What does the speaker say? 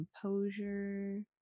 composure